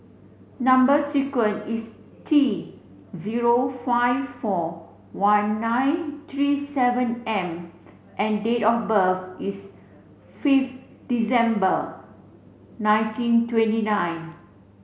number sequence is T zero five four one nine three seven M and date of birth is fifth December nineteen twenty nine